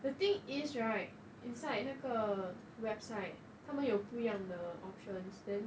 the thing is right inside 那个 website 他们有不一样的 options then